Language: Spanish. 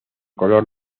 color